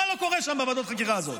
מה לא קורה שם בוועדת החקירה הזאת?